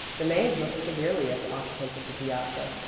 the maid looked severely at the occupants of the piazza.